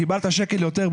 קיבלת שקל יותר,